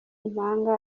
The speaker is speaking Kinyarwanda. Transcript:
impanga